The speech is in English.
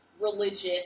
Religious